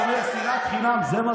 שנאת חינם יותר גרועה מבשר פיגולים.